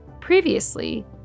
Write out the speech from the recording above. Previously